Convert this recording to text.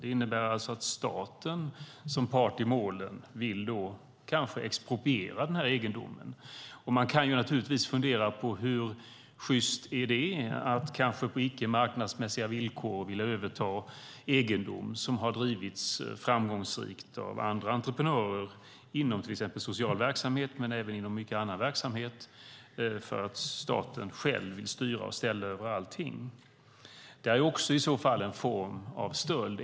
Det innebär att staten, som part i målet, kanske vill expropriera den här egendomen. Man kan naturligtvis fundera på hur sjyst det är att kanske på icke marknadsmässiga villkor vilja överta egendom som har drivits framgångsrikt av andra entreprenörer inom till exempel social verksamhet, men även inom mycket annan verksamhet, för att staten själv vill styra och ställa över allting. Det här är också i så fall en form av stöld.